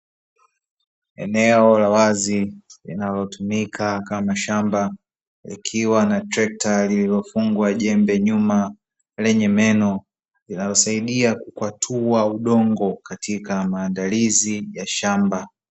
Eneo la wazi linalotumika kama shamba, likiwa na trekta lililofungwa jembe nyuma lenye meno, linalosaidia kukwatua udongo katika maandaliziya shamba.